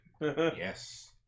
Yes